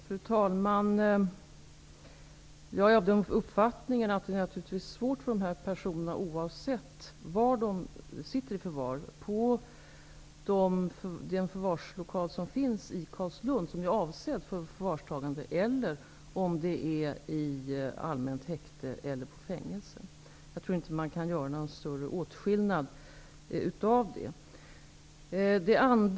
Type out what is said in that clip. Fru talman! Jag har den uppfattningen att det naturligtvis är svårt för dessa personer oavsett var de sitter i förvar -- på den förvarslokal som finns i Carlslund och som är avsedd för förvarstagande, i allmänt häkte eller i fängelse. Jag tror inte att man kan göra någon större åtskillnad däremellan.